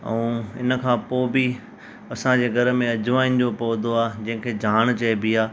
ऐं इन खां पोइ बि असांजे घर में अजवाइन जो पौधो आहे जंहिंखे जाण चइबी आहे